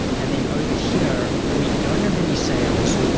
and then over here, we don't have any sales,